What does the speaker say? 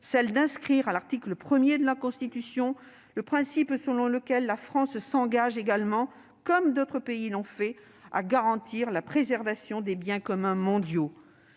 celle d'inscrire, à l'article 1 de la Constitution, le principe selon lequel la France s'engage également, comme d'autres pays l'ont fait, à garantir la préservation des biens communs mondiaux.